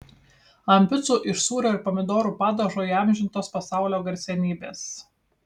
ant picų iš sūrio ir pomidorų padažo įamžintos pasaulio garsenybės